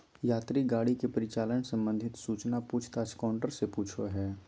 यात्री गाड़ी के परिचालन संबंधित सूचना पूछ ताछ काउंटर से पूछो हइ